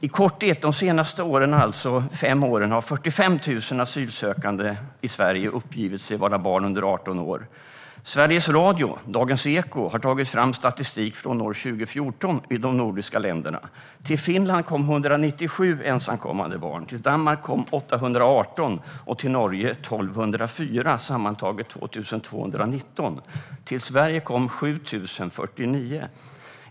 I korthet: De senaste fem åren har 45 000 asylsökande i Sverige uppgivit sig vara barn under 18 år. Sveriges Radio, Dagens Eko , har tagit fram statistik för år 2014 i de nordiska länderna. Till Finland kom 197 ensamkommande barn, till Danmark kom 818 och till Norge 1 204 - sammantaget 2 219. Till Sverige kom 7 049.